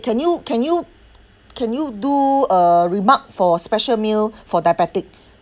can you can you can you do a remark for special meal for diabetic